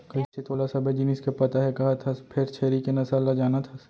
कइसे तोला सबे जिनिस के पता हे कहत हस फेर छेरी के नसल ल जानत हस?